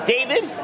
David